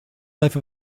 life